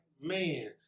man